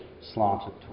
slanted